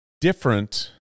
different